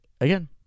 again